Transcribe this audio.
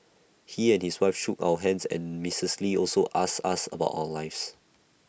he and his wife shook our hands and Mrs lee also ask us about our lives